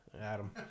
Adam